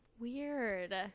weird